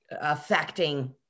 affecting